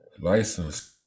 license